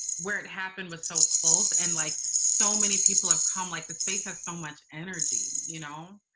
where it happened was so close. and like so many people have come, like, the space has so much energy, you know.